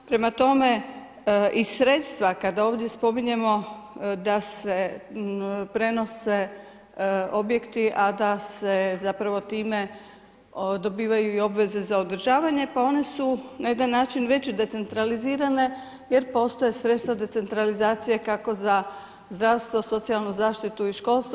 Prema tome, i sredstva kada ovdje spominjemo da se prenose objekti, a da se zapravo time dobivaju i obveze za održavanje, pa one su na jedan način već decentralizirane jer postoje sredstva decentralizacije kako za zdravstvo, socijalnu zaštitu i školstvo.